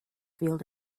field